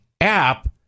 app